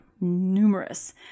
numerous